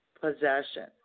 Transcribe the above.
Possession